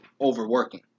overworking